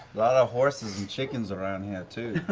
lot of horses and chickens around here, too.